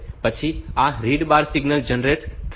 પછી આ read bar signal generate થશે